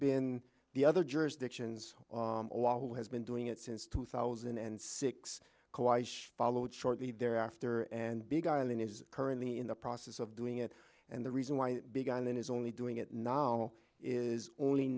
been the other jurisdictions who has been doing it since two thousand and six followed shortly thereafter and beguiling is currently in the process of doing it and the reason why i begun it is only doing it now is only